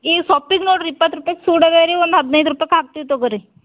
ಈ ಸೊಪ್ಪಿಗೆ ನೋಡ್ರಿ ಇಪ್ಪತ್ತು ರುಪಾಯ್ ಸೂಡು ಅದಾ ರೀ ಒಂದು ಹದಿನೈದು ರುಯಾಯ್ ಹಾಕ್ತೀವಿ ತಗೋರಿ